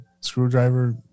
screwdriver